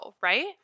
Right